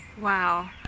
Wow